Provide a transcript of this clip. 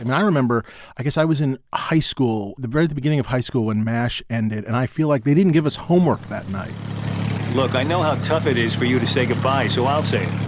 and i remember i guess i was in high school, the very the beginning of high school when mash ended. and i feel like they didn't give us homework that night look, i know how tough it is for you to say goodbye. so i'll say.